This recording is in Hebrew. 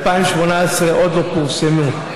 2018 עוד לא פורסמו.